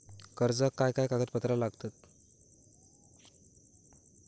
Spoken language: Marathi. कर्जाक काय काय कागदपत्रा लागतत?